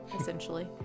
essentially